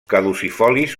caducifolis